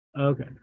Okay